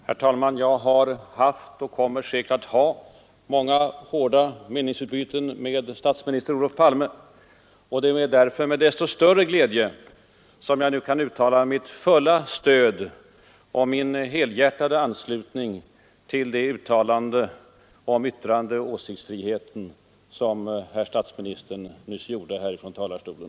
Herr talman! Jag har haft och kommer säkert att ha många hårda meningsutbyten med statsminister Olof Palme. Det är därför med desto större glädje som jag nu kan uttala mitt fulla stöd och min helhjärtade anslutning till det uttalande om yttrandeoch åsiktsfriheten som herr statsministern nyss gjorde från talarstolen.